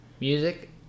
Music